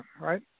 right